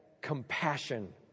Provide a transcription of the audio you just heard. compassion